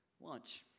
Lunch